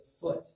foot